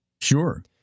Sure